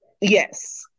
yes